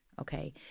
Okay